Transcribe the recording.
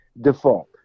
default